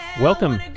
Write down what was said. Welcome